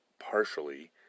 Partially